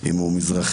אם הוא מזרחי,